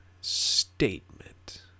statement